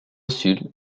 sud